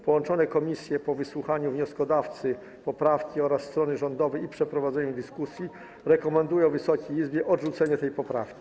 Połączone komisje po wysłuchaniu wnioskodawcy poprawki oraz strony rządowej i po przeprowadzeniu dyskusji rekomendują Wysokiej Izbie odrzucenie tej poprawki.